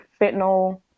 fentanyl